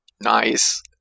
Nice